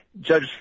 Judge